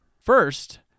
first